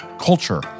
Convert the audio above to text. culture